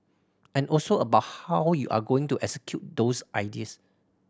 and also about how you're going to execute those ideas